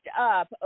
up